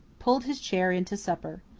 pulled his chair in to supper.